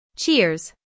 Cheers